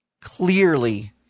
clearly